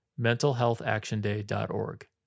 mentalhealthactionday.org